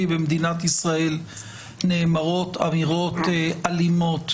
במדינת ישראל נאמרות אמירות אלימות,